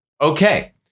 Okay